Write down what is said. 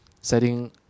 setting